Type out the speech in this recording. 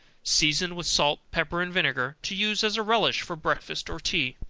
seasoned with salt, pepper and vinegar, to use as a relish for breakfast or tea.